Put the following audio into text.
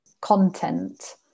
content